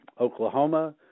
Oklahoma